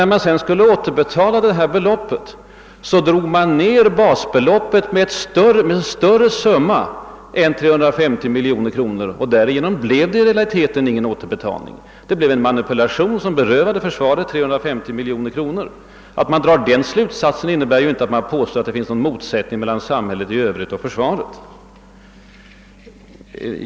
När summan skulle återbetalas sänkte man dock basbeloppet med mera än 350 miljoner kronor, och därigenom blev det i realiteten ingen återbetalning. I stället berövades försvaret genom den-« na manipulation 350 miljoner. Men denna slutsats innebär ju inte något påstående att det skulle föreligga en motsättning mellan försvaret och samhället i Övrigt.